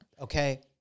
Okay